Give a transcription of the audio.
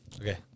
Okay